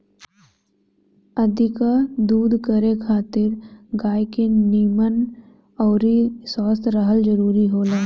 अधिका दूध करे खातिर गाय के निमन अउरी स्वस्थ रहल जरुरी होला